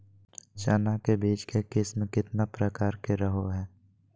चना के बीज के किस्म कितना प्रकार के रहो हय?